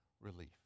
relief